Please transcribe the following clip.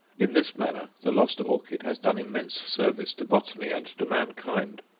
in this manner the lost orchid has done immense service to botany and to mankind.